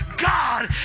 God